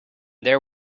there